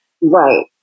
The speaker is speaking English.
Right